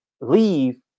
leave